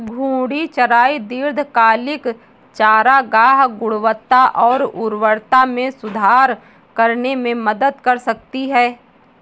घूर्णी चराई दीर्घकालिक चारागाह गुणवत्ता और उर्वरता में सुधार करने में मदद कर सकती है